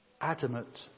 adamant